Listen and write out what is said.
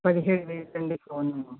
పదిహేడు వేలు అండి ఫోను